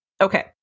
Okay